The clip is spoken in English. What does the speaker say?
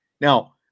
now